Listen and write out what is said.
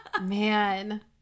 man